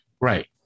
Right